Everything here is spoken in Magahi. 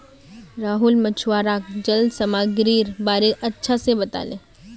राहुल मछुवाराक जल सामागीरीर बारे अच्छा से बताले